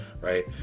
right